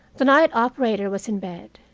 the night operator was in bed.